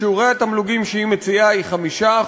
שיעור התמלוגים שהיא מציעה הוא 5%,